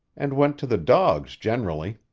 and went to the dogs generally.